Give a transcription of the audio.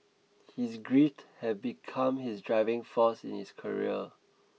his grit had become his driving force in his career